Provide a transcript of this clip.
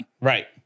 Right